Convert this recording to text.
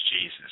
Jesus